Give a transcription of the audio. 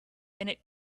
and